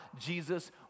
Jesus